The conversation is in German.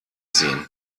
sehen